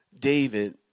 David